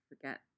forget